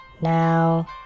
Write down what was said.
now